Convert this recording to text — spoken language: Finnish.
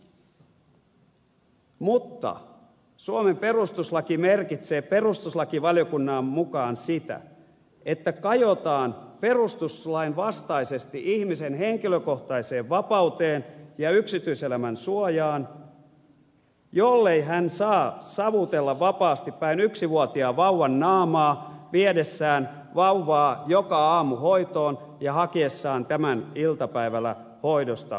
hyvä niin mutta suomen perustuslaki merkitsee perustuslakivaliokunnan mukaan sitä että kajotaan perustuslain vastaisesti ihmisen henkilökohtaiseen vapauteen ja yksityiselämän suojaan jollei hän saa savutella vapaasti päin yksivuotiaan vauvan naamaa viedessään vauvaa joka aamu hoitoon ja hakiessaan tämän iltapäivällä hoidosta kotiin